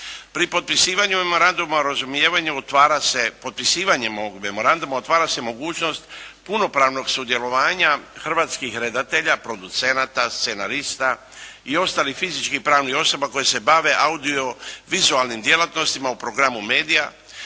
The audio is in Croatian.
se, potpisivanjem ovog Memoranduma otvara se mogućnost punopravnog sudjelovanja hrvatskih redatelja, producenata, scenarista i ostalih fizičkih, pravnih osoba koje se bave audio-vizualnim djelatnostima u Programu Media,